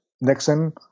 Nixon